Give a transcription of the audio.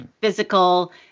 physical